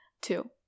two